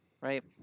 right